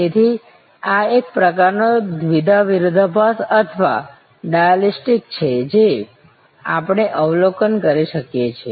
તેથી આ એક પ્રકારનો દ્વિધા વિરોધાભાસ અથવા ડાયાલેક્ટિક્સ છે જે આપણે અવલોકન કરીએ છીએ